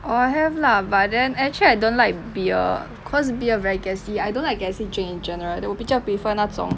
orh I have lah but then actually I don't like beer because beer very gassy I don't like gassy drink in general 我比较 prefer 那种